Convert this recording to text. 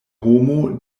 homo